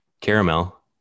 caramel